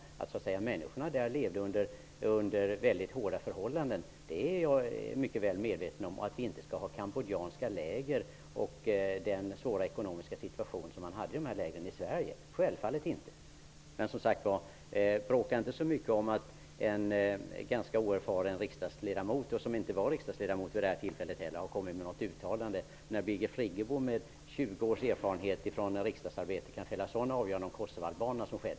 Jag är väl medveten om att människorna där levde under väldigt hårda förhållanden. Vi skall självfallet inte ha cambodjanska läger, med den svåra ekonomiska situation som man hade i dessa läger, i Sverige. Men bråka inte så mycket om att en ganska oerfaren riksdagsledamot -- som inte var riksdagsledamot vid detta tillfälle -- har kommit med något uttalande, när Birgit Friggebo, med tjugo års erfarenhet från riksdagsarbete, kan fälla sådan uttalanden om kosovoalbaner!